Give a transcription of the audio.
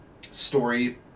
story